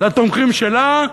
לתומכים שלה?